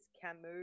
Camus